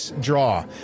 draw